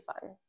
fun